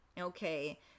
okay